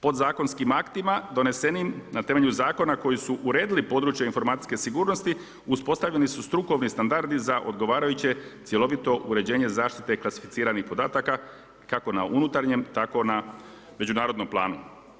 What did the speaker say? Podzakonskim aktima donesenim na temelju zakona koji su uredili područje informacijske sigurnosti uspostavljeni su strukovni standardi za odgovarajuće cjelovito uređenje zaštite klasificiranih podataka kako na unutarnjem, tako na međunarodnom planu.